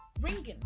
ringing